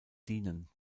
dienen